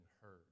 heard